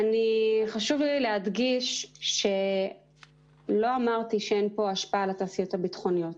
חשוב לי להדגיש שלא אמרתי שאין פה השפעה על התעשיות הביטחוניות.